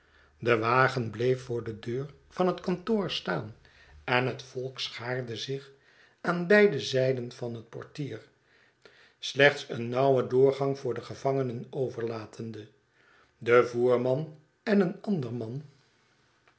de wagen bleef voor de deur van het kantoor staan en het volk schaarde zich aan beide zijden van het portier slechts een nauwen doorgang voor de gevangenen overlatende de voerman en een ander man